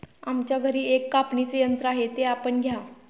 आमच्या घरी एक कापणीचे यंत्र आहे ते आपण घ्या